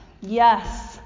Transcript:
Yes